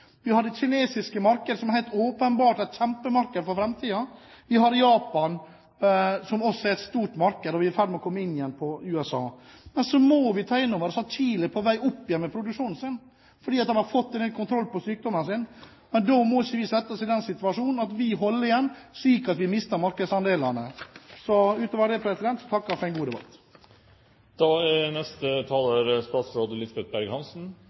Vi har det kinesiske markedet, som helt åpenbart er et kjempemarked for framtiden. Vi har Japan, som også er et stort marked, og vi er i ferd med å komme inn igjen i USA. Men så må vi ta inn over oss at Chile er på vei opp igjen med produksjonen sin, fordi de har fått kontroll på sykdommen. Men da må vi ikke sette oss i den situasjonen at vi holder igjen, slik at vi mister markedsandelene. Utover det takker jeg for en god debatt.